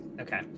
Okay